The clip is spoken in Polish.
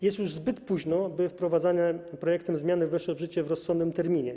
Jest już zbyt późno, by wprowadzane projektem zmiany weszły w życie w rozsądnym terminie.